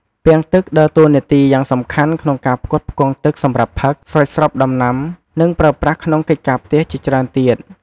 ពាងទឹក ដើរតួនាទីយ៉ាងសំខាន់ក្នុងការផ្គត់ផ្គង់ទឹកសម្រាប់ផឹក ស្រោចស្រពដំណាំ និងប្រើប្រាស់ក្នុងកិច្ចការផ្ទះជាច្រើនទៀត។